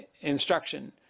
instruction